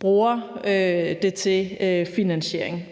bruger det til finansiering.